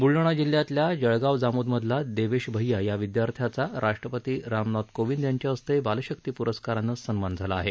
बुलडाणा जिल्ह्यातल्या जळगाव जामोदमधला देवेश भैया या विद्यार्थ्याचा राष्ट्रपती रामनाथ कोविद यांच्या हस्ते बालशक्ती पुरुस्कारानं सन्मान झाला आहे